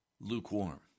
lukewarm